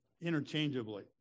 interchangeably